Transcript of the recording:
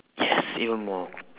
yes even more